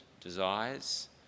desires